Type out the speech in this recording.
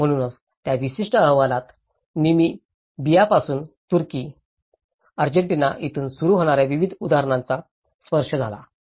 म्हणूनच या विशिष्ट अहवालात नामीबियापासून तुर्की अर्जेंटिना येथून सुरू होणाऱ्या विविध उदाहरणांचा स्पर्श झाला